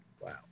Wow